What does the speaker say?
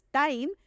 time